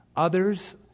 Others